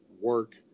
work